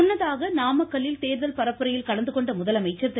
முன்னதாக நாமக்கல்லில் தேர்தல் பரப்புரையில் கலந்து கொண்ட முதலமைச்சர் திரு